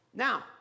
Now